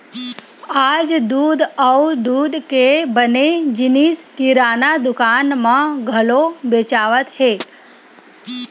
आज दूद अउ दूद के बने जिनिस किराना दुकान म घलो बेचावत हे